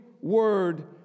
word